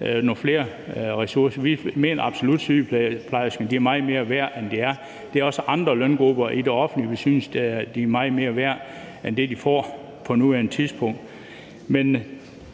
nogle flere ressourcer. Vi mener absolut, at sygeplejerskerne er meget mere værd end det, de får. Der er også andre løngrupper i det offentlige, vi synes er meget mere værd end det, de får på nuværende tidspunkt.